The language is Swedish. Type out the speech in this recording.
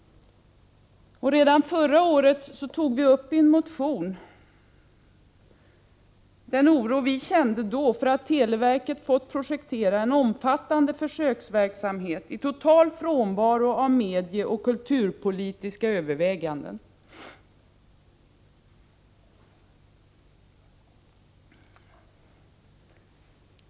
Redan förra året gav vi i en motion uttryck för den oro vi kände då för att televerket fått projektera en omfattande försöksverksamhet i total frånvaro av medieoch kulturpolitiska överväganden.